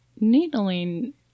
needling